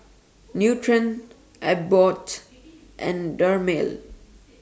Nutren Abbott and Dermale